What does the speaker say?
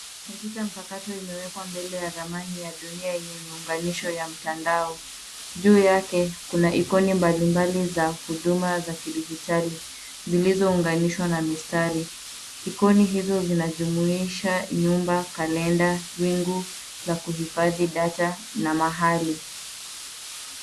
Kompyuta mpakato imewekwa mbele ya ramani ya dunia yenye miunganisho wa mtandao. Juu yake, kuna ikoni mbalimbali za huduma za kidijitali, zilizounganishwa na mistari. Ikoni hizo zinajumuisha nyumba, kalenda, wingu la kuhifadhi data, na mahali.